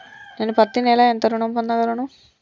నేను పత్తి నెల ఎంత ఋణం పొందగలను?